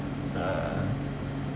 ah